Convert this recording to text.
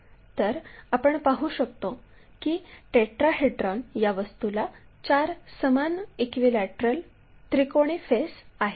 तर आपण पाहू शकतो की टेट्राहेड्रॉन या वस्तूला चार समान इक्विलॅटरल त्रिकोणी फेस आहेत